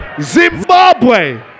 Zimbabwe